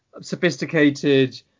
sophisticated